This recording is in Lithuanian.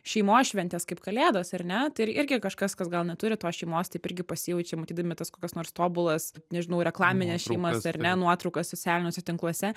šeimos šventės kaip kalėdos ar ne tai irgi kažkas kas gal neturi tos šeimos taip irgi pasijaučia matydami tas kokias nors tobulas nežinau reklamines šeimas ar ne nuotraukas socialiniuose tinkluose